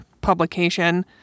publication